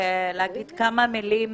אומר כמה מילים